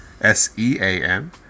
S-E-A-N